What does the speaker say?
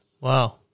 wow